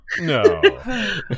No